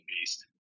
beast